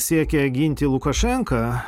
siekia ginti lukašenką